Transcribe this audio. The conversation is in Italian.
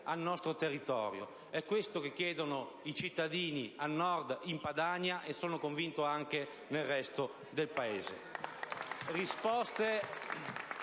al nostro territorio. È questo che chiedono i cittadini al Nord, in Padania, e, ne sono convinto, anche nel resto del Paese.